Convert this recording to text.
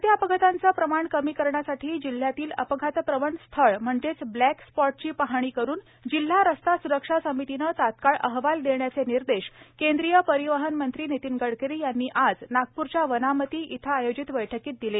वाढत्या अपघातांचे प्रमाण कमी करण्यासाठी जिल्ह्यातील अपघातप्रवण स्थळ म्हणजेच ब्लॅक स्पॉटची पाहणी करून जिल्हा रस्ता सुरक्षा समितीने तात्काळ अहवाल देण्याचे निर्देश केंद्रीय परिवहन मंत्री नितीन गडकरी यांनी आज नागपूरच्या वनामती इथं आयोजित बैठकीत दिले